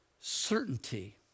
certainty